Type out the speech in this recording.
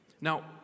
Now